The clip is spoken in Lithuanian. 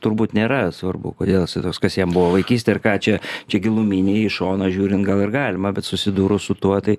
turbūt nėra svarbu kodėl jisai toks kas jam buvo vaikystė ar ką čia čia giluminiai iš šono žiūrint gal ir galima bet susidūrus su tuo tai